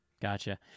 Gotcha